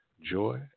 joy